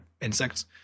insects